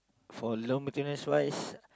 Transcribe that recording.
for low maintenance wise